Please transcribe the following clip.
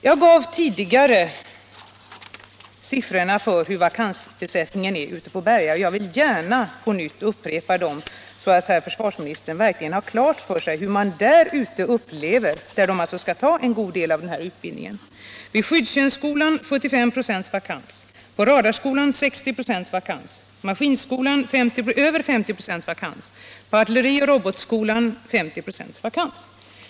Jag gav tidigare siffrorna för vakanstillsättningen ute vid Berga, men jag vill gärna upprepa dem så att herr försvarsministern skall få klart för sig hur man upplever det där ute, där man skall ta en god del av den här utbildningen: Vid skyddstjänstskolan 75 96 vakanser, på radarskolan 60 96 vakanser, på marinskolan över 50 26 vakanser samt på artillerioch robotskolan 50 26 vakanser.